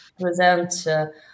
present